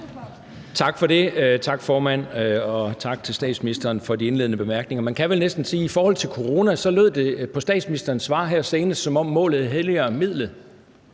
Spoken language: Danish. Dahl (DF): Tak, formand. Og tak til statsministeren for de indledende bemærkninger. Man kan vel næsten sige, at i forhold til corona lød det på statsministerens svar her senest, som om målet helliger midlet.